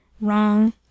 Wrong